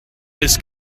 this